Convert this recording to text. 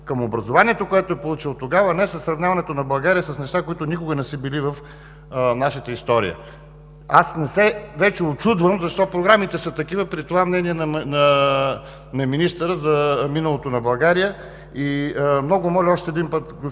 към образованието, което е получил тогава, а не със сравняването на България с неща, които никога не са били в нашата история. Аз вече не се учудвам защо програмите са такива при това мнение на министъра за миналото на България и много моля още един път,